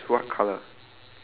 then the book okay